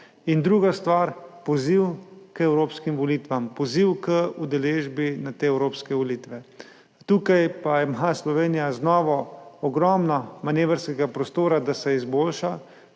in druga stvar, poziv k evropskim volitvam, poziv k udeležbi na teh evropskih volitvah. Tukaj pa ima Slovenija znova ogromno manevrskega prostora, da se izboljša.